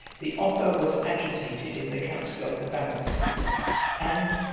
the offer was agitated in the council of the barons and,